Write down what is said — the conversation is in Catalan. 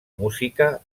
música